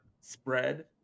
spread